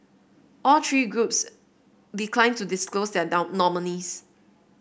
all three groups declined to disclose their down nominees